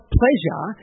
pleasure